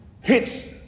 hits